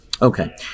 Okay